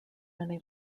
many